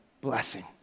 blessing